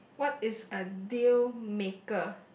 what is a deal maker